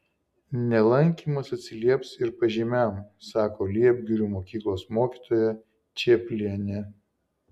nelankymas atsilieps ir pažymiam sako liepgirių mokyklos mokytoja čėplienė